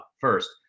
first